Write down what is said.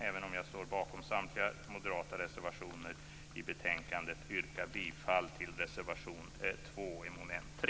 Även om jag står bakom samtliga moderata reservationer i betänkandet, nöjer jag mig med att yrka bifall till reservation 2 under mom. 3.